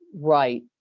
right